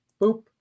boop